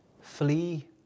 flee